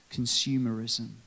consumerism